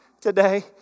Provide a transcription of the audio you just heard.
today